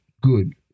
good